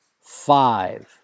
five